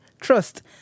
Trust